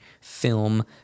film